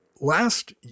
last